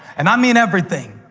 and i mean everything.